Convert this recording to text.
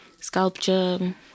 sculpture